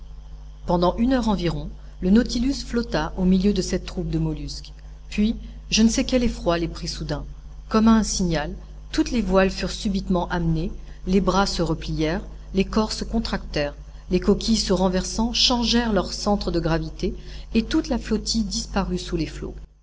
pendant une heure environ le nautilus flotta au milieu de cette troupe de mollusques puis je ne sais quel effroi les prit soudain comme à un signal toutes les voiles furent subitement amenées les bras se replièrent les corps se contractèrent les coquilles se renversant changèrent leur centre de gravité et toute la flottille disparut sous les flots